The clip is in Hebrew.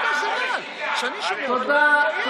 תודה.